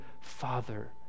father